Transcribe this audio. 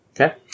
okay